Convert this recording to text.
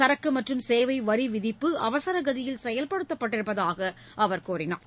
சரக்கு மற்றும் சேவை வரி விதிப்பு அவசரகதியில் செயல்படுத்தப்பட்டிருப்பதாக அவர் கூறினார்